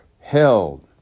held